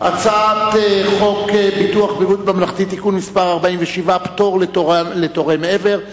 על הצעת חוק ביטוח בריאות ממלכתי (תיקון מס' 47) (פטור לתורם אבר),